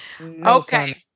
Okay